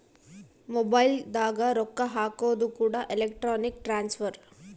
mobile ದಾಗ ರೊಕ್ಕ ಹಾಕೋದು ಕೂಡ ಎಲೆಕ್ಟ್ರಾನಿಕ್ ಟ್ರಾನ್ಸ್ಫರ್